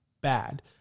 bad